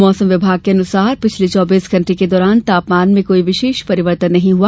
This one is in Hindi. मौसम विभाग के अनुसार पिछले चौबीस घण्टे के दौरान तापमान में कोई विशेष परिवर्तन नहीं हुआ